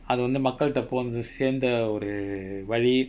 அதுவந்து மக்கள்ட போனது சேர்ந்த ஒரு வழி:athuvanthu makkalta ponathu serntha oru vali